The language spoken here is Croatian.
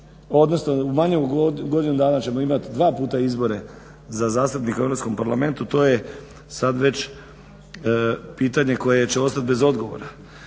odnosno manje u godinu dana ćemo imati dva puta izbore za zastupnike u Europskom parlamentu. To je sad već pitanje koje će ostati bez odgovora.